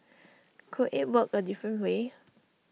could IT work A different way